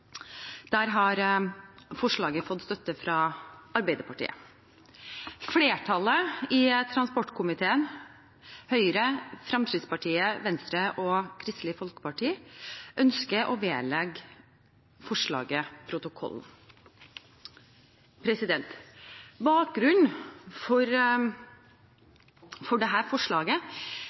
Der har forslaget fått støtte fra Arbeiderpartiet. Flertallet i transportkomiteen, Høyre, Fremskrittspartiet, Venstre og Kristelig Folkeparti, ønsker å vedlegge forslaget protokollen. Bakgrunnen for dette forslaget